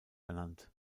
ernannt